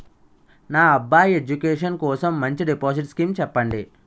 నా అబ్బాయి ఎడ్యుకేషన్ కోసం మంచి డిపాజిట్ స్కీం చెప్పండి